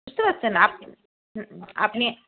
বুঝতে পারছেন আপনি